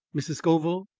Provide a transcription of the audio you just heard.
mrs. scoville?